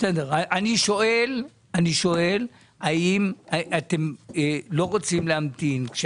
אני שואל האם אתם לא רוצים להמתין.